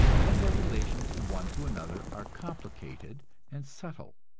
and their relations one to another are complicated and subtle.